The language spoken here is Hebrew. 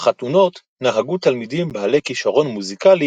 בחתונות נהגו תלמידים בעלי כישרון מוזיקלי